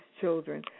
children